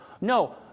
No